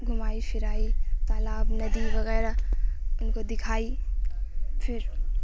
گھمائی پھرائی تالاب ندی وغیرہ ان کو دکھائی پھر